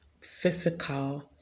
physical